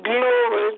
Glory